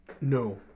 No